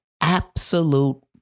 absolute